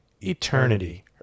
eternity